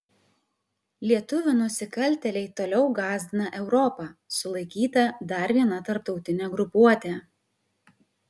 lietuvių nusikaltėliai toliau gąsdina europą sulaikyta dar viena tarptautinė grupuotė